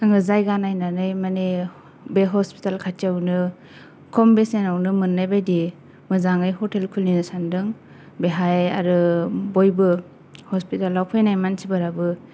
आङो जायगा नायनानै मानि बे हसफिटेल खाथियावनो खम बेसेनावनो मोननाय बादि मोजाङै ह'टेल खुलिनो सानदों बेहाय आरो बयबो हसफिटेलाव फैनाय मानसिफोराबो